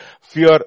fear